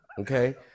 okay